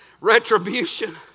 retribution